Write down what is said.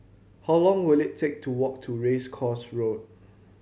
how long will it take to walk to Race Course Road